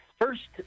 first